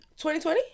2020